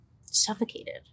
suffocated